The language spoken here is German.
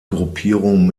gruppierung